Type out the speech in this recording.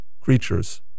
creatures